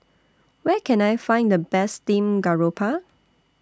Where Can I Find The Best Steamed Garoupa